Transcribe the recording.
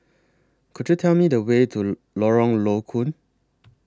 Could YOU Tell Me The Way to Lorong Low Koon